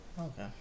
Okay